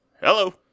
Hello